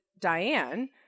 Diane